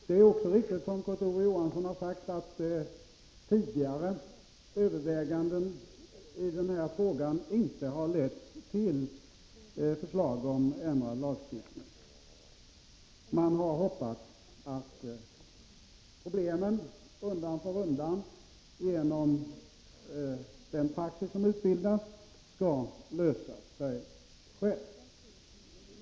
Det är också riktigt som Kurt Ove Johansson har sagt, att tidigare överväganden i frågan inte har lett till förslag om ändrad lagstiftning. Man har hoppats att problemen undan för undan genom den praxis som utbildas skall lösa sig själva.